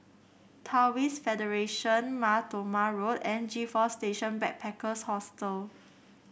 Taoist Federation Mar Thoma Road and G Four Station Backpackers Hostel